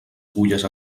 fulles